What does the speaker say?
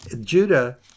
Judah